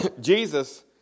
Jesus